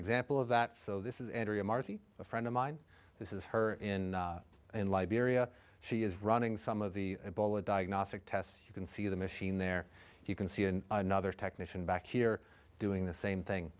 example of that so this is a friend of mine this is her in in liberia she is running some of the bola diagnostic tests you can see the machine there you can see and another technician back here doing the same thing